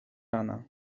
rana